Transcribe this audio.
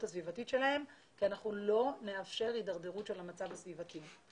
הסביבתית שלהם כי אנחנו לא נאפשר הידרדרות של המצב הסביבתי.